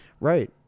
Right